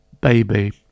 baby